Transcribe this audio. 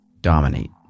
dominate